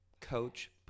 Coach